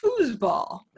Foosball